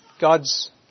God's